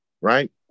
Right